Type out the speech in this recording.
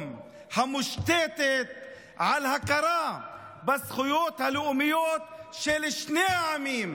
המושתת על הכרה בזכויות הלאומיות של שני העמים,